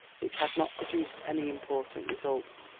which had not produced any important results.